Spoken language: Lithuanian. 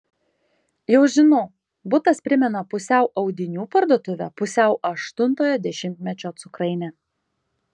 jau žinau butas primena pusiau audinių parduotuvę pusiau aštuntojo dešimtmečio cukrainę